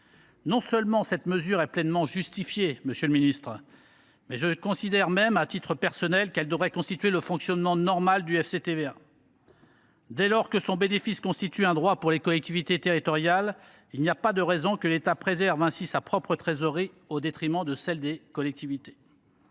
Non seulement cette mesure est pleinement justifiée, mais je considère, à titre personnel, qu’elle devrait constituer le fonctionnement normal du FCTVA. Dès lors que son bénéfice constitue un droit pour les collectivités territoriales, il n’y a pas de raison que l’État préserve ainsi sa trésorerie au détriment de celle des collectivités.